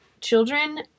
children